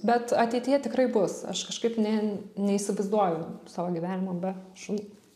bet ateityje tikrai bus aš kažkaip ne neįsivaizduoju savo gyvenimo be šuns